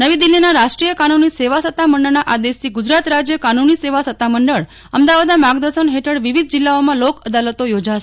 નવી દિલ્હીના રાષ્ટ્રીય કાનૂની સેવા સત્તમંડળના આદેશથી ગુજરાત રાજ્ય કાનૂની સેવા સત્તામંડળ અમદાવાદના માર્ગદર્શન હેઠળ વિવિધ જિલ્લાઓમાં લોક અદાલતો યોજાશે